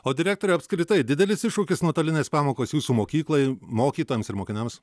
o direktoriui apskritai didelis iššūkis nuotolinės pamokos jūsų mokyklai mokytojams ir mokiniams